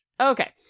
Okay